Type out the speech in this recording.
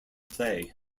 play